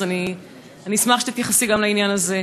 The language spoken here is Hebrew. אז אני אשמח שתתייחסי גם לעניין הזה.